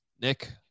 Nick